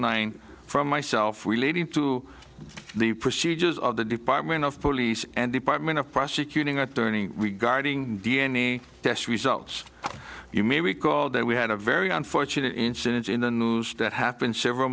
nine from myself we are leading to the procedures of the department of police and department of prosecuting attorney regarding d n a test results you may recall that we had a very unfortunate incident in the news that happened several